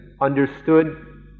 understood